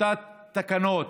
טיוטת תקנות